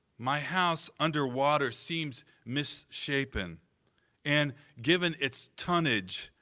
my house underwater seems misshapen and, given its tonnage,